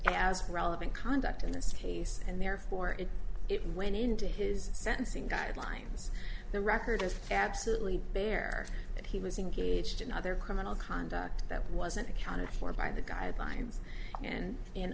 as relevant conduct in this case and therefore if it went into his sentencing guidelines the record is absolutely bare that he was engaged in other criminal conduct that wasn't accounted for by the guidelines and in